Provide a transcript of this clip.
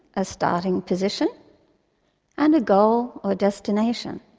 a starting position' and a goal or destination.